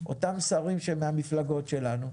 אותם שרים מהמפלגות שלנו,